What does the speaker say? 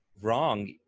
Wrong